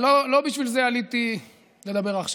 לא בשביל זה עליתי לדבר עכשיו.